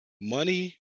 money